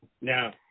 Now